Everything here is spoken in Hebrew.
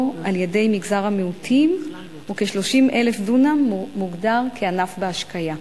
על-ידי מגזר המיעוטים וכ-30,000 דונם מוגדרים כענף בהשקיה.